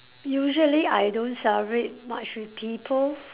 usually I don't celebrate much with people